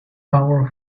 our